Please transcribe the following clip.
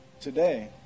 today